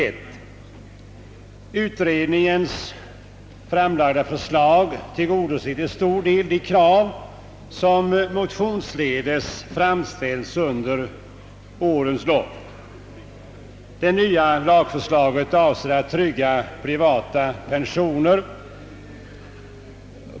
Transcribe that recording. Utredningens framlagda förslag tillgodoser till stor del de krav som motionsledes framställts under årens lopp. Det nya förslaget avser att trygga privata pensioner.